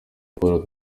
paul